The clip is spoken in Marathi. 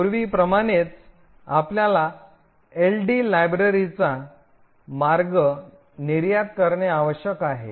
पूर्वीप्रमाणेच आपल्याला एलडी लायब्ररी मार्ग निर्यात करणे आवश्यक आहे